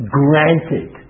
granted